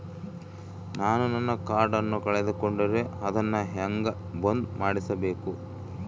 ನಾನು ನನ್ನ ಕಾರ್ಡನ್ನ ಕಳೆದುಕೊಂಡರೆ ಅದನ್ನ ಹೆಂಗ ಬಂದ್ ಮಾಡಿಸಬೇಕು?